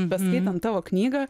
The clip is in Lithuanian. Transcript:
beskaitant tavo knygą